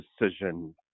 decision